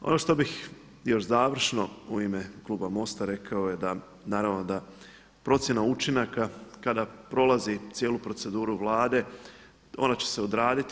Ono što bih još završno u ime kluba MOST-a rekao, naravno da procjena učinaka kada prolazi cijelu proceduru Vlade ona će se odraditi.